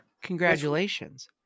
Congratulations